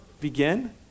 begin